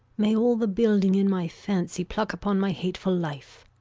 may all the building in my fancy pluck upon my hateful life.